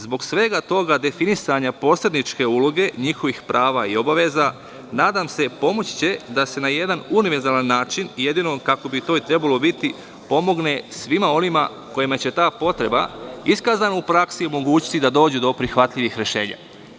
Zbog svega toga definisanja posredničke uloge, njihovih prava i obaveza, nadam se pomoći će da se na jedan univerzalan način, jedino kako bi to i trebalo biti pomogne svima onima kojima će ta potreba iskazana u praksi omogućiti da dođu do prihvatljivih rešenja.